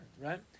right